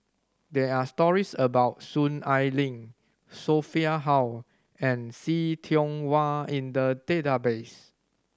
there are stories about Soon Ai Ling Sophia Hull and See Tiong Wah in the database